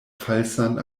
falsan